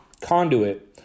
conduit